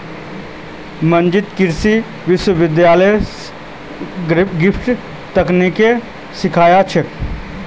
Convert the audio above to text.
मंजीत कृषि विश्वविद्यालय स ग्राफ्टिंग तकनीकक सीखिल छ